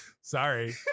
Sorry